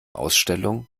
ausstellung